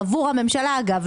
עבור הממשלה אגב,